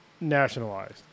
nationalized